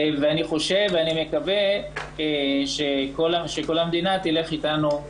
ואני מקווה שכל המדינה תלך איתנו.